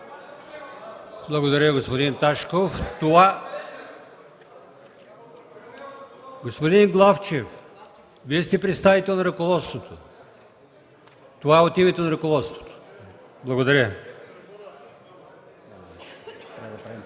Благодаря, господин Ташков. Господин Главчев, Вие сте представител на ръководството, това от името на ръководството ли